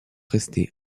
rester